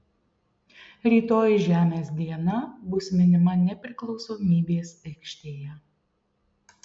rytoj žemės diena bus minima nepriklausomybės aikštėje